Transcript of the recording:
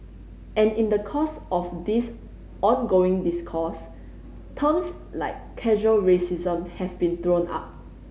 and in the course of this ongoing discourse terms like casual racism have been thrown up